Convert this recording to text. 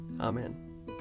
Amen